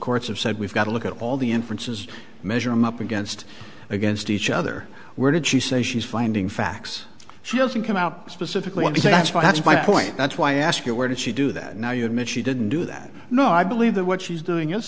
courts have said we've got to look at all the inferences measure i'm up against against each other where did she say she's finding facts she doesn't come out specifically want to say that's perhaps my point that's why i ask you where did she do that now you admit she didn't do that no i believe that what she's doing is